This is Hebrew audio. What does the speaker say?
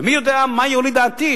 ומי יודע מה יוליד העתיד,